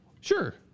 Sure